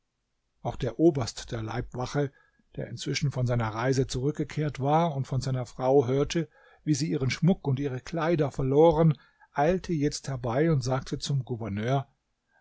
auch der oberst der leibwache der inzwischen von seiner reise zurückgekehrt war und von seiner frau hörte wie sie ihren schmuck und ihre kleider verloren eilte jetzt herbei und sagte zum gouverneur